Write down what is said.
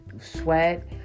sweat